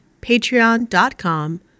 patreon.com